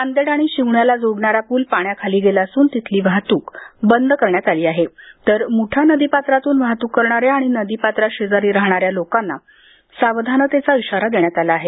नांदेड आणि शिवण्याला जोडणारा प्रल पाण्याखाली गेला असून तिथली वाहतूक बंद करण्यात आली आहे तर मुठा नदीपात्रातून वाहतूक करणाऱ्या आणि नदीपात्राशेजारी राहणाऱ्या लोकांना सावधानतेचा इशारा देण्यात आला आहे